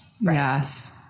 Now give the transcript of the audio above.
Yes